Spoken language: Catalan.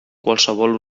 qualsevol